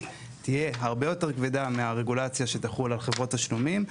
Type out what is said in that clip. תהיה הרבה יותר כבדה מהרגולציה שתחול על חברות תשלומים,